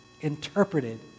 interpreted